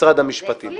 משרד המשפטים.